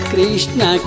Krishna